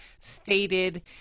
stated